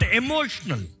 emotional